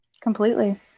Completely